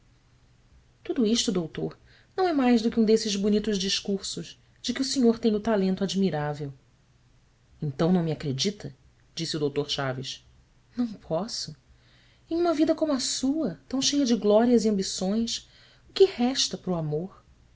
tudo isto doutor não é mais do que um desses bonitos discursos de que o senhor tem o talento admirável ntão não me acredita disse o r haves ão posso em uma vida como a sua tão cheia de glórias e ambições o que resta para o amor